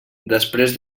després